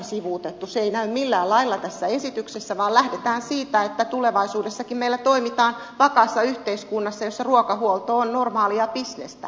se ei näy millään lailla tässä esityksessä vaan lähdetään siitä että tulevaisuudessakin meillä toimitaan vakaassa yhteiskunnassa jossa ruokahuolto on normaalia bisnestä